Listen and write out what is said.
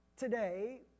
today